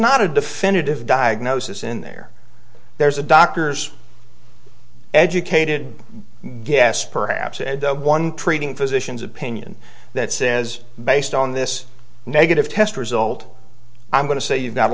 not a definitive diagnosis in there there's a doctor's educated guess perhaps and the one treating physicians opinion that says based on this negative test result i'm going to say you've got